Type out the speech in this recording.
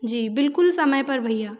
जी बिल्कुल समय पर भैया